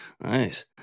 Nice